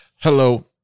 Hello